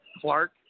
Clark